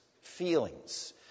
feelings